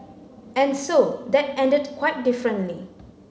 and so that ended quite differently